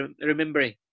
remembering